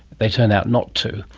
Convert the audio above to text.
they turned out not to.